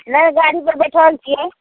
नहि गाड़ीपर बैठल छिए